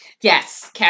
yes